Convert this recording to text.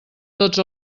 tots